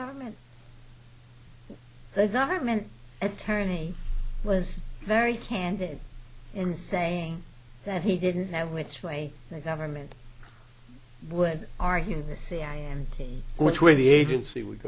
government the government attorney was very candid in saying that he didn't know which way the government would argue the cia and which way the agency would